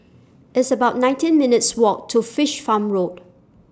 It's about nineteen minutes' Walk to Fish Farm Road